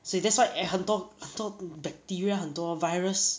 see that's why eh 很多很多 bacteria 很多 virus